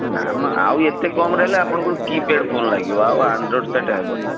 ନା ନା ଆଉ ଏତେ କମ୍ ରେ ହେଲେ ଆପଣଙ୍କୁ କିପ୍ୟାଡ଼୍ ଫୋନ୍ ଲାଗିବ ଆଉ ଆଣ୍ଡ୍ରଏଡ଼୍ ସେଟ୍ ହେବନି